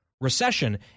recession